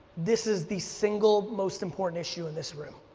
this is the single most important issue in this room.